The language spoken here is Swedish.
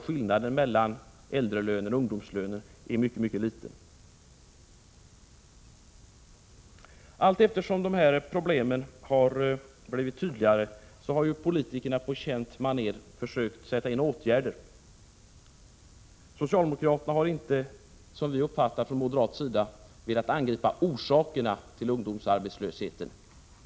Skillnaden mellan äldrelöner och ungdomslöner är ju mycket liten. Allteftersom dessa problem har blivit tydligare har politikerna på känt manér försökt vidta åtgärder. Socialdemokraterna har inte, som vi uppfattar det från moderat sida, velat angripa orsakerna till ungdomsarbetslösheten.